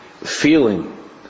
feeling